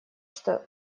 что